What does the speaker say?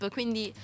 Quindi